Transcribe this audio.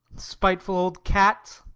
spiteful old cats!